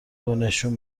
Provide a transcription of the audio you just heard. دونشون